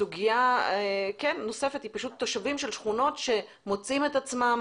סוגיה נוספת היא תושבים של שכונות שמוצאים את עצמם,